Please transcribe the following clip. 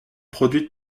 produites